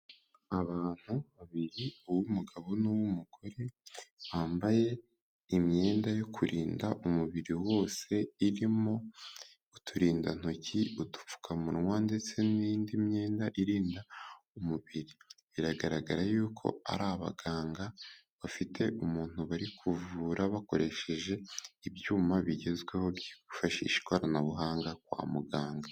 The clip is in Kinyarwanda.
Abantu babiri, uw'umugabo n'uw'umugore, bambaye imyenda yo kurinda umubiri wose, irimo uturindantoki, udupfukamunwa ndetse n'indi myenda irinda umubiri, biragaragara yuko ari abaganga bafite umuntu bari kuvura, bakoresheje ibyuma bigezweho, byifashisha ikoranabuhanga kwa muganga.